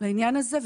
לעניין הזה.